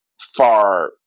far